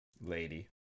Lady